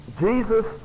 Jesus